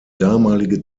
damalige